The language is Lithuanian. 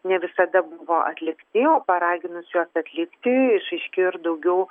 ne visada buvo atlikti o paraginus juos atlikti išaiškėjo ir daugiau